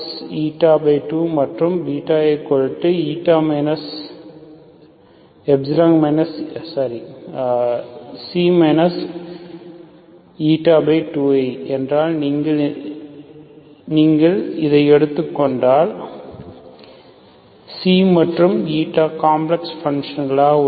ξ2 மற்றும் βξ 2i என்றால் நீங்கள் இந்த எடுத்துக்கொண்டால் ξ and காம்ப்ளக்ஸ் பன்ஷன்ஸ் உள்ளன